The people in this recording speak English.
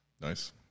Nice